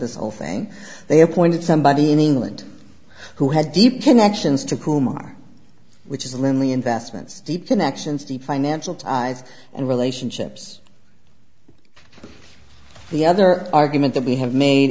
this whole thing they appointed somebody in england who has deep connections to kumar which is linley investments deep connections deep financial ties and relationships the other argument that we have made